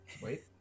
Wait